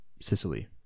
Sicily